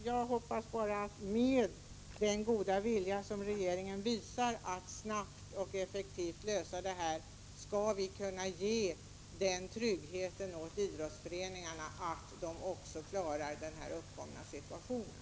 Jag hoppas bara att vi, med den goda vilja som regeringen visar att snabbt och effektivt lösa frågan, skall kunna ge den tryggheten åt idrottsföreningarna att de klarar den uppkomna situationen.